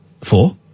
Four